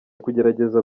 kugerageza